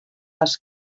les